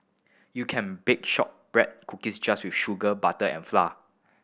you can bake shortbread cookies just with sugar butter and flour